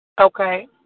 Okay